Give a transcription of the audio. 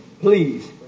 Please